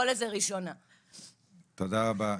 רבה.